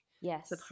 Yes